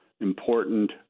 important